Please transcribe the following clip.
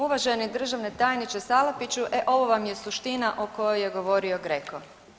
Uvaženi državni tajniče Salapiću e ovo vam je suština o kojoj je govorio GRECO.